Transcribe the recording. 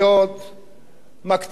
מקטינים במגרעות.